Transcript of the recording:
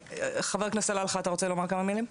חבר הכנסת סלאלחה, אתה רוצה לומר כמה מילים?